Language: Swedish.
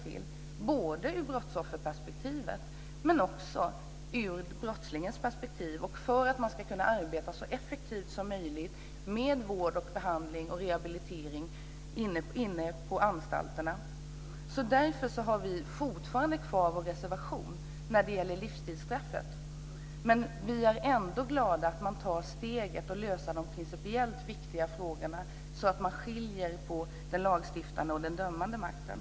Detta är fel både ur brottsofferperspektivet och ur brottslingens perspektiv och för att man ska kunna arbeta så effektivt som möjligt med vård, behandling och rehabilitering inne på anstalterna. Därför fortsätter vi att reservera oss när det gäller livstidsstraffet. Men vi är ändå glada över att man tar steget för att lösa de principiellt viktiga frågorna, så att man skiljer på den lagstiftande och den dömande makten.